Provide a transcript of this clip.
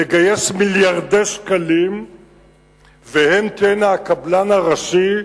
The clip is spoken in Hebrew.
שמסוגלות לגייס מיליארדי שקלים והן תהיינה הקבלן הראשי.